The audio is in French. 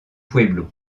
pueblo